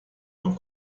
não